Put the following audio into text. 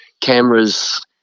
cameras